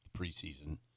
preseason